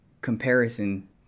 comparison